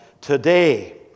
today